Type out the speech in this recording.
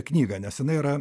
knygą nes jinai yra